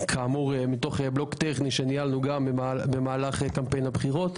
מתוך הבלוק הטכני שניהלנו במהלך קמפיין הבחירות